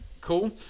cool